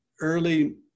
early